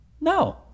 No